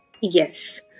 Yes